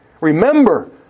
remember